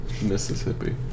mississippi